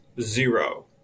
zero